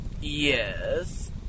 Yes